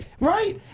Right